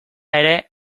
ere